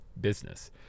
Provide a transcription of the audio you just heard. business